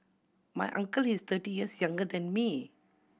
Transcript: my uncle is thirty years younger than me